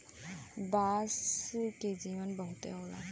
बांस के जीवन बहुत होला